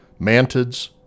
mantids